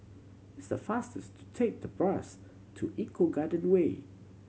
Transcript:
it's faster to take the bus to Eco Garden Way